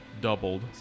doubled